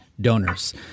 donors